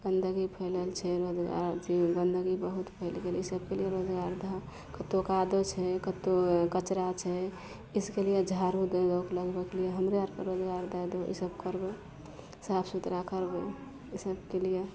गन्दगी फैलल छै आओर अथी गन्दगी बहुत फैल गेलय ई सबके लिए रोजगार दहऽ कतहु कादो छै कतहु कचरा छै इसके लिये झाड़ू दै लोक लगबयके लिये हमरे आरके रोजगार दऽ दै तऽ ई सब करबय साफ सुथरा करबय ई सबके लिये